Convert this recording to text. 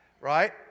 right